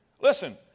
Listen